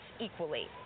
equally